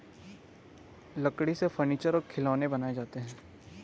लकड़ी से फर्नीचर और खिलौनें बनाये जाते हैं